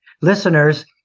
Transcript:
listeners